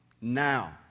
now